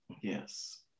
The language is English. Yes